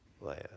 land